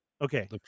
Okay